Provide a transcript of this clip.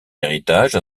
héritage